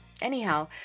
anyhow